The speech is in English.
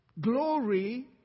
Glory